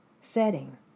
setting